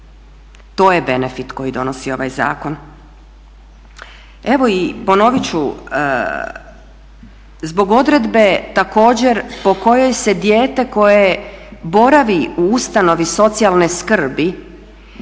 To je benefit koji donosi ovaj zakon. Evo i ponovit ću zbog odredbe također po kojoj se dijete koje boravi u ustanovi socijalne skrbi